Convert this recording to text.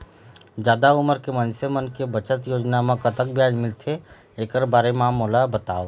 जादा उमर के मइनसे मन के बचत योजना म कतक ब्याज मिलथे एकर बारे म मोला बताव?